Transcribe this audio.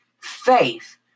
faith